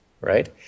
right